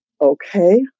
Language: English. okay